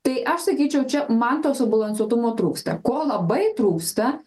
tai aš sakyčiau čia man to subalansuotumo trūksta ko labai trūksta